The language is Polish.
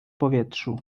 powietrzu